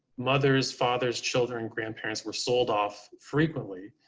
mothers, fathers, children, grandparents were sold off frequently.